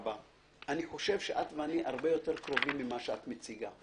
אני חושב שאת ואני הרבה יותר קרובים ממה שאת מציגה.